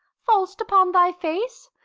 fall'st upon thy face?